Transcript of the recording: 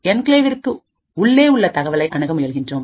என்கிளேவிற்குஉள்ளே உள்ள தகவலை அணுக முயல்கின்றோம்